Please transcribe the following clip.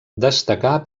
destacà